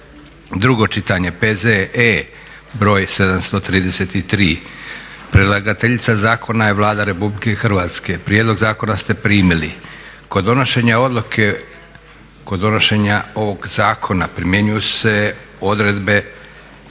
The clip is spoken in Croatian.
drugo čitanje, P.Z.E. br. 733 Predlagateljica zakona je Vlada Republike Hrvatske. Prijedlog zakona ste primili. Kod donošenja ovog zakona primjenjuju se odredbe